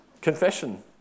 Confession